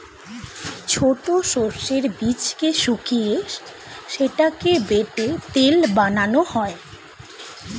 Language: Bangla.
ছোট সর্ষের বীজকে শুকিয়ে সেটাকে বেটে তেল বানানো হয়